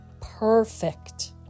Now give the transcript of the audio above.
perfect